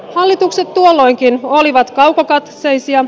hallitukset tuolloinkin olivat kaukokatseisia